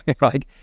right